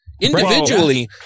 Individually